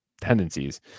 tendencies